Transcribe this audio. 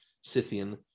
Scythian